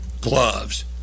gloves